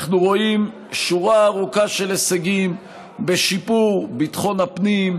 אנחנו רואים שורה ארוכה של הישגים בשיפור ביטחון הפנים,